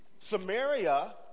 Samaria